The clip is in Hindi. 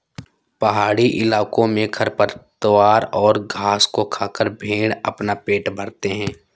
पहाड़ी इलाकों में खरपतवारों और घास को खाकर भेंड़ अपना पेट भरते हैं